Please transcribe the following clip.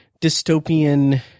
dystopian